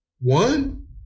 One